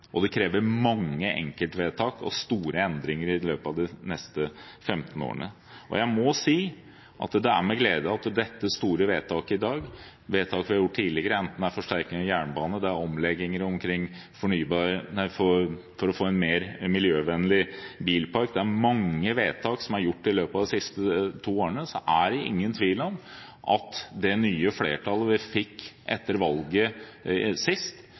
Det krever mange enkeltvedtak og store endringer i løpet av de neste 15 årene. Jeg må si jeg ser med glede på dette store vedtaket i dag og på vedtak vi har fattet tidligere, enten det gjelder forsterkning av jernbanen eller omlegginger for å få en mer miljøvennlig bilpark. Det er mange vedtak som er fattet i løpet av de siste to årene. Det er ingen tvil om at det nye flertallet vi fikk etter valget sist,